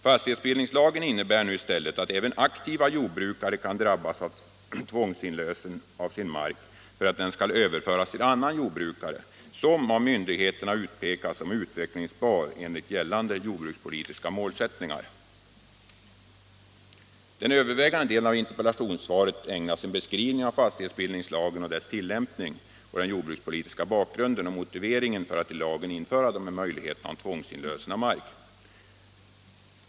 Fastighetsbildningslagen innebär nu i stället att även aktiva jordbrukare kan drabbas av tvångsinlösen av sin mark för att den skall överföras till annan jordbrukare, vars fastighet av myndigheterna utpekas som utvecklingsbar enligt gällande jordbrukspolitiska målsättningar. Den övervägande delen av interpellationssvaret ägnas åt en beskrivning av fastighetsbildningslagen och dess tillämpning och den jordbrukspolitiska bakgrunden och motiveringen för att i lagen införa de här möjligheterna till tvångsinlösen av mark.